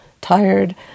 tired